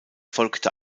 folgte